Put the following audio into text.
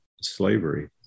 slavery